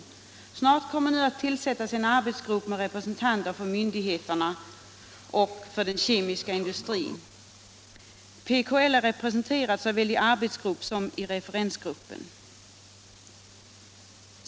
Sålunda kommer nu att tillsättas en arbetsgrupp bestående av representanter från Produktkontrollbyrån, Arbetarskyddsstyrelsen, Statskontoret och den kemiska industrin.” PKL är representerat i såväl arbetsgruppen som i referensgruppen.